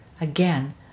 Again